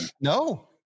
No